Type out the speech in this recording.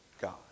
God